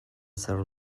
ser